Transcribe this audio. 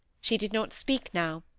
she did not speak now,